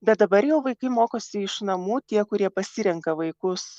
bet dabar jau vaikai mokosi iš namų tie kurie pasirenka vaikus